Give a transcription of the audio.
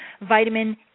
vitamin